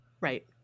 Right